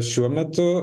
šiuo metu